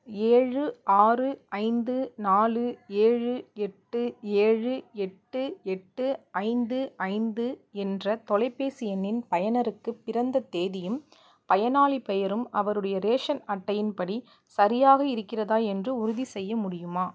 ஏழு ஆறு ஐந்து நாலு ஏழு எட்டு ஏழு எட்டு எட்டு ஐந்து ஐந்து என்ற தொலைபேசி எண்ணின் பயனருக்கு பிறந்த தேதியும் பயனாளிப் பெயரும் அவருடைய ரேஷன் அட்டையின் படி சரியாக இருக்கிறதா என்று உறுதிச்செய்ய முடியுமா